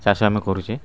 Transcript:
ଚାଷ ଆମେ କରୁଛେ